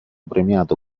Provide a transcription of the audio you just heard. premiato